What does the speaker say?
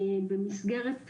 אומרים